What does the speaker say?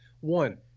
one